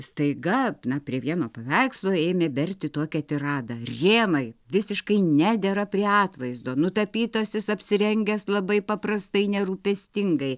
staiga na prie vieno paveikslo ėmė berti tokią tiradą rėmai visiškai nedera prie atvaizdo nutapytas jis apsirengęs labai paprastai nerūpestingai